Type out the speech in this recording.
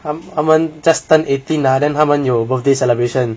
他们 just turn eighteen ah then 他们有 birthday celebration